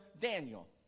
Daniel